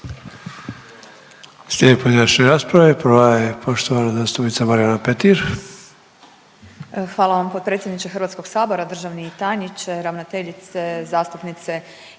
Slijede pojedinačne rasprave. Prva je poštovana zastupnica Marijana Petir.